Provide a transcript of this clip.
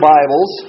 Bibles